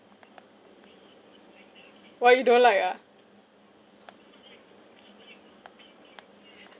why you don't like ah